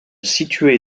située